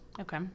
Okay